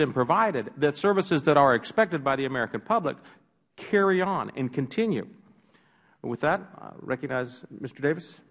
been provided the services that are expected by the american public carry on and continue with that i recognize mister davis